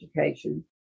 education